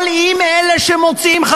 אבל אם אלה שמוציאים אותו לאור,